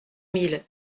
mille